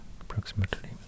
approximately